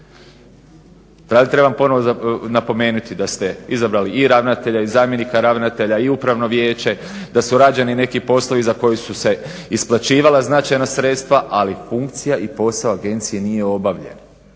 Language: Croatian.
zemljište. Trebam ponovno napomenuti da ste izabrali i ravnatelja i zamjenika ravnatelja i upravno vijeće da su rađeni neki poslovi za koje su se isplaćivala značajna sredstva ali funkcija i posao agencije nije obavljen,